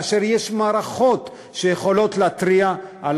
כאשר יש מערכות שיכולות להתריע על